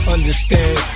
Understand